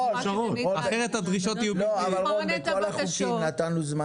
בכל החוקים נתנו זמן היערכות.